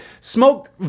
smoke